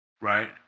Right